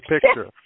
picture